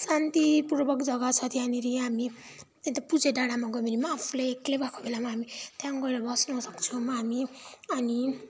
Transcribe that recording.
शान्तिपूर्वक जग्गा छ त्यहाँनेरि हामी या त पूजे डाँडामा गयो भने आफूले एक्लै भएको बेलामा हामी त्यहाँ गएर बस्न सक्छौँ हामी अनि